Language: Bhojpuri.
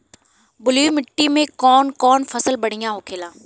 बलुई मिट्टी में कौन कौन फसल बढ़ियां होखेला?